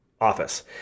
office